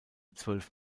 zwölf